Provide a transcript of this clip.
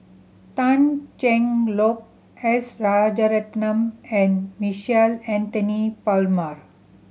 Tan Cheng Lock S Rajaratnam and Michael Anthony Palmer